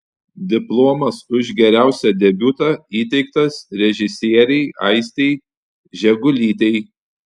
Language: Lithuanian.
diplomas už geriausią debiutą įteiktas režisierei aistei žegulytei